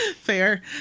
fair